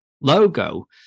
logo